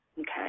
Okay